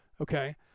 okay